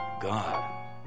God